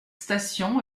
station